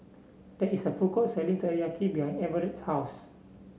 there is a food court selling Teriyaki behind Everett's house